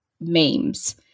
memes